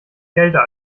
kälter